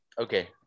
Okay